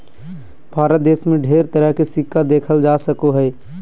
भारत देश मे ढेर तरह के सिक्का देखल जा सको हय